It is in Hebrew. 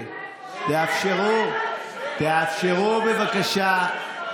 תאפשרו, בבקשה.